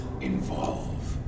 involve